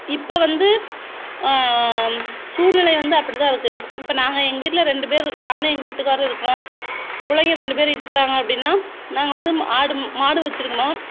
இப்போ வந்து சூழ்நிலை வந்து அப்படி தான் இருக்குது இப்போ நாங்கள் எங்க வீட்டில் ரெண்டு பேர் நான் எங்கள் வீட்டுக்காரரும் இருக்கோம் பிள்ளைங்க ரெண்டு பேர் இருக்கிறாங்க அப்படினா நாங்கள் வந்து ஆடு மாடு வச்சிருக்கணும்